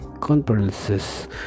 Conferences